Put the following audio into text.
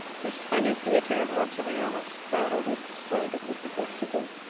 this tiny theatre of monteriano spraddled and swaggered with the best of them,